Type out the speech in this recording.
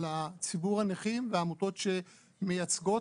על ציבור הנכים והעמותות שמייצגות.